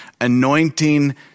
anointing